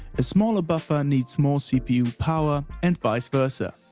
a smaller buffer needs more cpu power and vice versa.